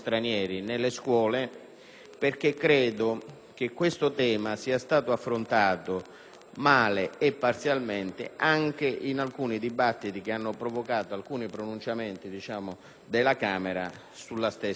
perché credo che esso sia stato affrontato male e parzialmente anche in taluni dibattiti che hanno provocato alcuni pronunciamenti della Camera sulla stessa materia.